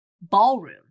ballroom